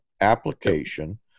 application